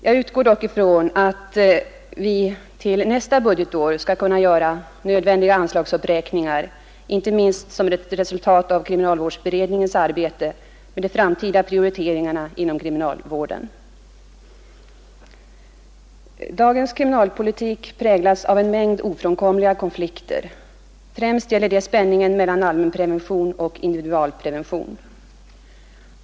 Jag utgår dock ifrån att vi till nästa budgetår skall kunna göra nödvändiga anslagsupp räkningar, inte minst som resultat av kriminalvårdsberedningens arbete Nr 54 med de framtida prioriteringarna inom kriminalvården. Fredagen den Dagens kriminalpolitik präglas av en mängd ofrånkomliga konflikter. 7 april 1972 Främst gäller det spänningen mellan allmänprevention och individual ———— prevention.